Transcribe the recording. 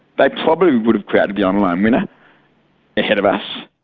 they probably would have created the online winner ahead of us.